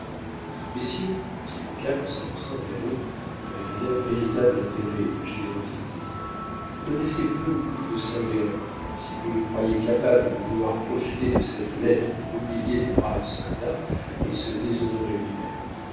messieurs dit montcalm en s'avançant vers eux avec un air de véritable intérêt et de générosité vous connaissez peu louis de saint véran si vous le croyez capable de vouloir profiter de cette lettre pour humilier de braves soldats et se déshonorer lui-même